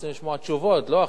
בטח אתם רוצים לשמוע תשובות, לא?